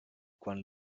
quan